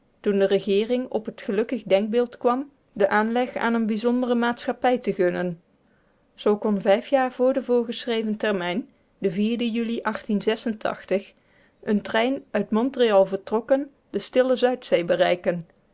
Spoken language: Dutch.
toen de regeering op het gelukkig denkbeeld kwam den aanleg aan eene bijzondere maatschappij te gunnen zoo kon vijf jaar voor den voorgeschreven termijn den den juli een trein uit montreal vertrokken de stille zuidzee bereiken